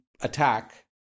attack